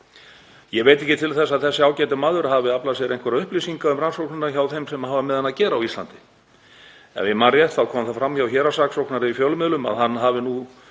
Ég veit ekki til þess að þessi ágæti maður hafi aflað sér einhverra upplýsinga um rannsóknina hjá þeim sem hafa með hana að gera á Íslandi. Ef ég man rétt kom það fram hjá héraðssaksóknara í fjölmiðlum að hann hefði nú